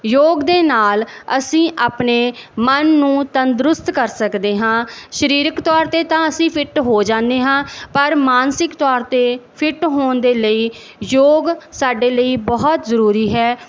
ਯੋਗ ਦੇ ਨਾਲ ਅਸੀਂ ਆਪਣੇ ਮਨ ਨੂੰ ਤੰਦਰੁਸਤ ਕਰ ਸਕਦੇ ਹਾਂ ਸਰੀਰਕ ਤੌਰ 'ਤੇ ਤਾਂ ਅਸੀਂ ਫਿੱਟ ਹੋ ਜਾਦੇ ਹਾਂ ਪਰ ਮਾਨਸਿਕ ਤੌਰ 'ਤੇ ਫਿੱਟ ਹੋਣ ਦੇ ਲਈ ਯੋਗ ਸਾਡੇ ਲਈ ਬਹੁਤ ਜ਼ਰੂਰੀ ਹੈ